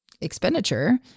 expenditure